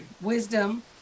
wisdom